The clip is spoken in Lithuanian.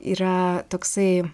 yra toksai